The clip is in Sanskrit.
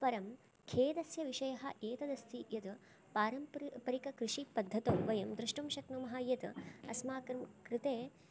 परं खेदस्य विषयः एतदस्ति यत् पारम्परिककृषिपद्धतौ वयं द्रष्टुं शक्नुमः यत् अस्माकं कृते